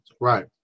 right